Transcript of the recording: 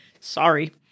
sorry